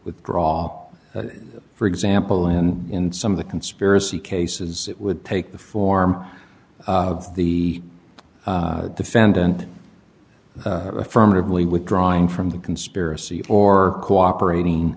withdraw for example and in some of the conspiracy cases it would take the form of the defendant affirmatively withdrawing from the conspiracy or cooperating